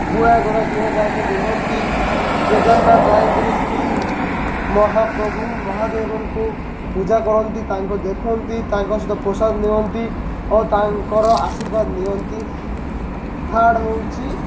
ଗୁଡ଼ା ଗୁଡ଼ା ଦିନ ଯାଇକରି ରୁହନ୍ତି କେଦାରନାଥ ଯାଇକରି ଶ୍ରୀ ମହାପ୍ରଭୁ ମହାଦେବଙ୍କୁ ପୂଜା କରନ୍ତି ତାଙ୍କୁ ଦେଖନ୍ତି ତାଙ୍କ ସହିତ ପ୍ରସାଦ ନିଅନ୍ତି ଓ ତାଙ୍କର ଆଶୀର୍ବାଦ ନିଅନ୍ତି ଥାର୍ଡ଼ ହେଉଛି